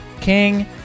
king